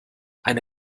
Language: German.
eine